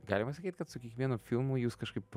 galima sakyt kad su kiekvienu filmu jūs kažkaip